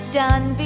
done